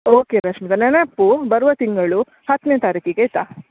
okay Rashmita ನೆನಪು ಬರುವ ತಿಂಗಳು ಹತ್ತನೆ ತಾರೀಕಿಗೆ ಆಯಿತಾ